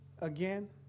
again